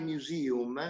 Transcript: Museum